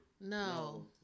No